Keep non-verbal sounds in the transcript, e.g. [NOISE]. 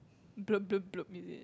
[NOISE] is it